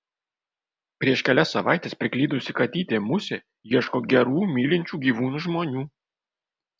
prieš kelias savaites priklydusi katytė musė ieško gerų mylinčių gyvūnus žmonių